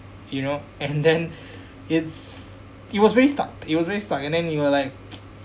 you know and then it's it was very stuck it was really stuck and then you were like